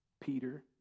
Peter